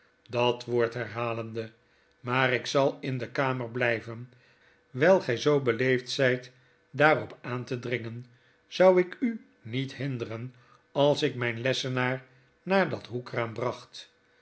dat woord herhalende maar ik zalinde kamer blijven wyl gy zoo beleefd zyt daarop aan te dringen zou ik u niet hinderen als ik mijn lesstnaaf naar dat hoekraam bracht